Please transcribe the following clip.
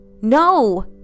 No